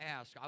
ask